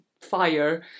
fire